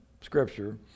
scripture